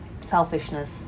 selfishness